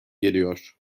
geliyor